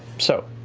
so